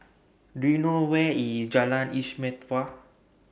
Do YOU know Where IS Jalan Istimewa